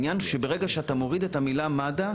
ברגע שאתה מוריד את המילה מד"א,